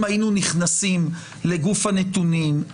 אם היינו נכנסים לגוף הנתונים,